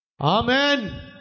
Amen